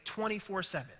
24-7